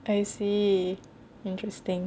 I see interesting